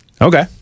okay